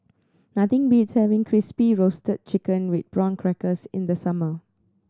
nothing beats having Crispy Roasted Chicken with Prawn Crackers in the summer